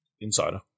Insider